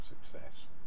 success